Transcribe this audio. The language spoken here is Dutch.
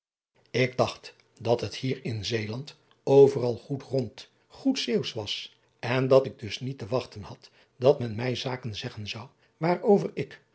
k dacht dat het hier in eeland overal goed rond goed zeeuwsch was en dat ik dus niet te wachten had dat men mij zaken zeggen zou waarover ik